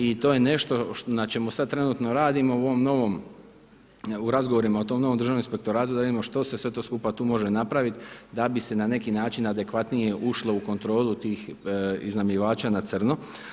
I to je nešto na čemu sada trenutno radimo, u ovom novom, u razgovorima o tome, o državnim inspektoratu da vidimo što se sve to skupa tu može napraviti, da bi se na neki način, adekvatnije ušlo u kontrolu tih iznajmljivača na crno.